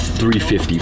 350